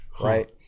right